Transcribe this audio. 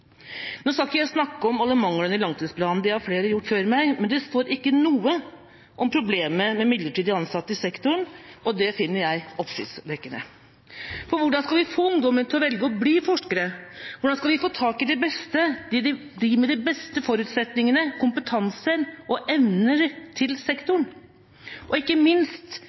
Nå skal ikke jeg snakke om alle manglene i langtidsplanen, det har flere gjort før meg, men det står ikke noe om problemet med midlertidig ansatte i sektoren, og det finner jeg oppsiktsvekkende. For hvordan skal vi få ungdommen til å velge å bli forskere, hvordan skal vi få tak i de beste, de med de beste forutsetningene, kompetansen og evnene, til sektoren? Og ikke minst: